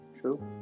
true